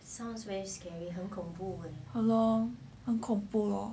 ah loh 很恐怖 loh